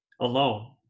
alone